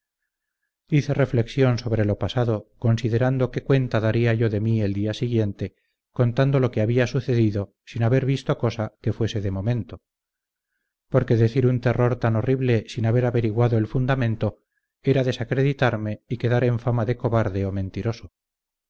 hice reflexión sobre lo pasado considerando qué cuenta daría yo de mí el día siguiente contando lo que había sucedido sin haber visto cosa que fuese de momento porque decir un terror tan horrible sin haber averiguado el fundamento era desacreditarme y quedar en fama de cobarde o mentiroso